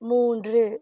மூன்று